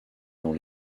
dans